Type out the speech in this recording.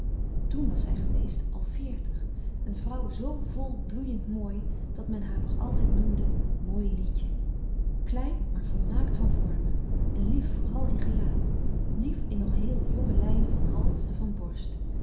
toen was zij geweest al veertig een vrouw zoo vol bloeiend mooi dat men haar nog altijd noemde mooi lietje klein maar volmaakt van vormen en lief vooral in gelaat lief in nog heel jonge lijnen van hals en van borst